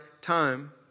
time